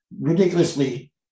ridiculously